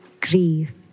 grief